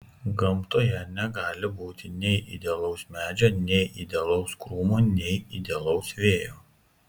gamtoje negali būti nei idealaus medžio nei idealaus krūmo nei idealaus vėjo